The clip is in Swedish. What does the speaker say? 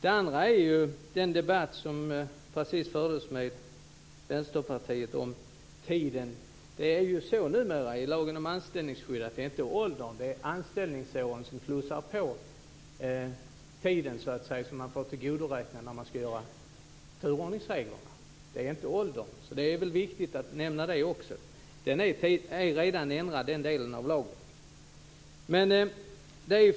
En annan sak är den debatt som precis fördes med Vänsterpartiet om tiden. Det är ju numera så i lagen om anställningsskydd att det inte är åldern utan anställningsåren som så att säga plussar på tiden som man får tillgodoräkna sig när man ska göra upp turordningsreglerna. Det är inte åldern. Det är väl viktigt att nämna det också. Den delen av lagen är redan ändrad.